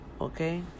Okay